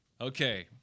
Okay